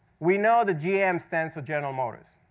we know that gm stands for general motors,